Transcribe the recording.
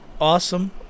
awesome